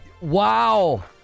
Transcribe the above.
wow